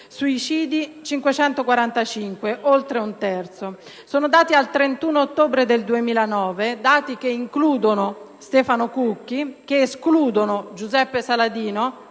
suicidi: oltre un terzo. Sono dati al 31 ottobre 2009, che includono Stefano Cucchi ed escludono Giuseppe Saladino,